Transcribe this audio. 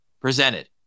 presented